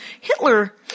Hitler